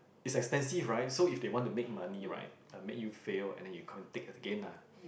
it's expensive right so if they want to make money right uh make you fail and then you con~ take again lah